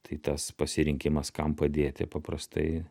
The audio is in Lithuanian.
tai tas pasirinkimas kam padėti paprastai